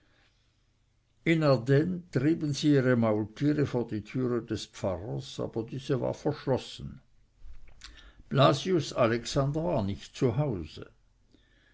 in ardenn trieben sie ihre maultiere vor die türe des pfarrers aber diese war verschlossen blasius alexander war nicht